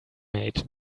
made